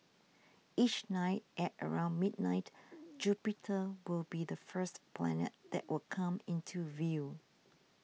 each night at around midnight Jupiter will be the first planet that will come into view